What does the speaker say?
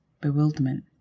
bewilderment